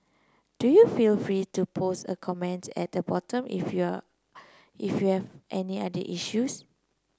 do you feel free to post a commence at the bottom if you are if you have any other issues